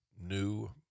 new